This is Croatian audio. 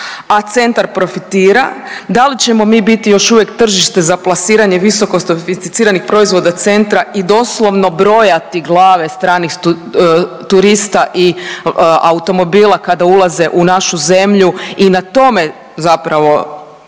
a centar profitira, da li ćemo mi biti još uvijek tržište za plasiranje visokosofisticiranih proizvoda centra i doslovno brojati glave stranih turista i automobila kada ulaze u našu zemlji i na tome zapravo